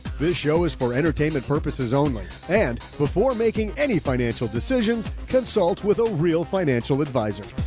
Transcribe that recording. this show is for entertainment purposes only. and before making any financial decisions, consult with a real financial advisor.